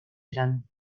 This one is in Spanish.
eran